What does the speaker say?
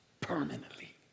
permanently